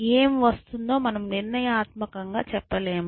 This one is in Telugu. ఏమివస్తుందో మనం నిర్ణయాత్మకంగా చెప్పలేము